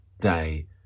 day